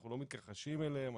אנחנו לא מתכחשים אליהן,